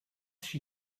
she